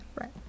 Right